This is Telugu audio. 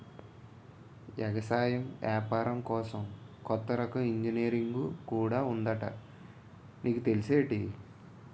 ఎగసాయం ఏపారం కోసం కొత్త రకం ఇంజనీరుంగు కూడా ఉందట నీకు తెల్సేటి?